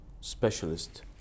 specialist